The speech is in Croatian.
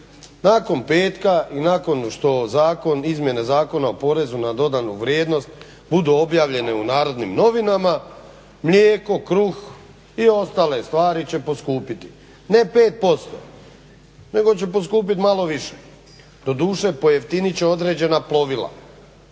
Nakon petka i nakon što zakon, izmjene Zakona o porezu na dodanu vrijednost budu objavljene u Narodnim novinama mlijeko, kruh i ostale stvari će poskupiti. Ne 5% nego će poskupiti malo više. Doduše pojeftinit će određena plovila.